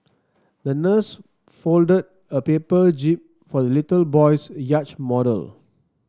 the nurse folded a paper jib for the little boy's yacht model